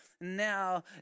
now